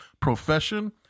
profession